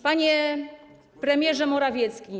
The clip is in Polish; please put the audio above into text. Panie Premierze Morawiecki!